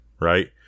right